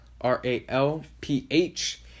R-A-L-P-H